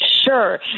Sure